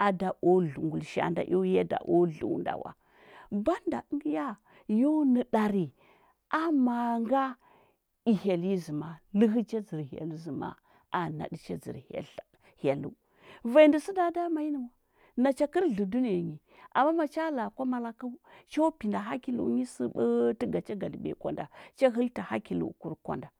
A da o dləu ngulisha a nda eo ya da o dləu nda wa. Banda əngə ya, yo nəɗari, ama nga, i hyel zəma, ləhə cha dzər hyel zəma, aa naɗə cha dzər hyel tlakə hyelləu. Vanya ndə sə da damanyi nə wa, nacha kəl dlə dunəya nyi. Amma ma cha la a kwamalakəu, cho pinda hakilu nyi səɓətə ga cha gadləbiya kwa nda, cha həltə hakilukur kwa nda.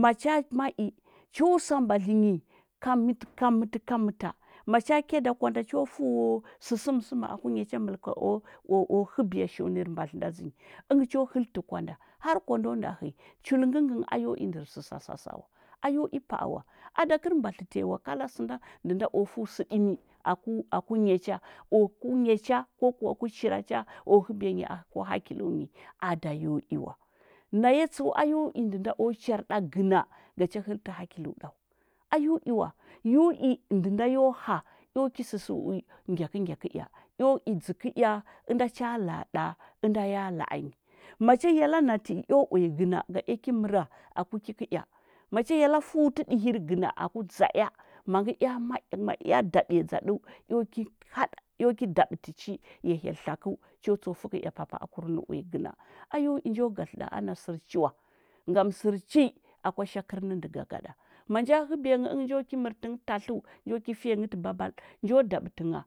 Ma cha ma i, cho sa mbadlə nyi, kamətə kamətə kaməta. Ma cha kya da kwa nda cho fəu o sə səmsəm a ku nya cha məlka o, o, o həbiya shiunir mbadlə nda dzə nyi. Əngə cho həltə kwa nda, har kwa nda o nda hə nyi. Chulkə ngə ngə a yo i ndər sa sasa sa wa. A yo i pa a wa, a da kər mbadlə tanyi wa, kala sənda ndə nda o fəu sə ɗimi aku aku nya cha o o ku nya cha ko kuwa ku chira cha o həbiya nyi aku hakilu nyi, a da yo i wa. Naya tsəu a yo i ndə nda o char ɗa gəna ga cha həltə hakilu ɗa wa, a yo i wa. Yo i ndə nda yo həa, eo ki səsə u ngyakə ngya kəea. Eo idzə kəea, ənda cha la a ɗa, ənda ya la a nyi. Macha hyella nati, eo uya gəna ga ea ki məra aku ki kəea. Macha hyella fəutə ɗihir gəna aku dza ea, mangə ea ma i ma ea daɓiya dzaɗəu, eo ki haɗa eo ki daɓətə chi, ya hyel tlakəu, cho tso fəkə ea papa akur nə uya gəna. A yo i njo gadlə ɗa ana sər chi wa. Ngam sər chi, akwa shakər nə ndə gagaɗa. Ma nja həbiya nghə əngə njo ki mərtə nghə tatləu, njo ki fiya nghə tə babal, njo daɓətə ngha.